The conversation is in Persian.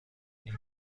این